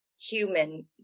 human